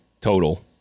total